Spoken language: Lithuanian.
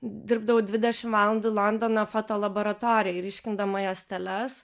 dirbdavau dvidešim valandų londono fotolaboratorijoj ryškindama juosteles